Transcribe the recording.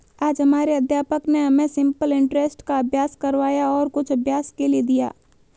आज हमारे अध्यापक ने हमें सिंपल इंटरेस्ट का अभ्यास करवाया और कुछ अभ्यास के लिए दिया